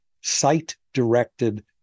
sight-directed